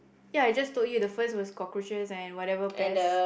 ya I just told you the first was cockroaches and whatever pest